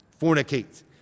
fornicate